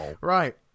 Right